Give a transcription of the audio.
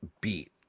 beat